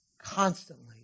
constantly